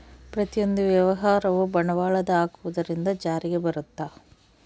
ಪ್ರತಿಯೊಂದು ವ್ಯವಹಾರವು ಬಂಡವಾಳದ ಹಾಕುವುದರಿಂದ ಜಾರಿಗೆ ಬರುತ್ತ